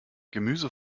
gemüse